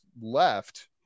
left